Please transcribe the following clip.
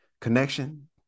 connection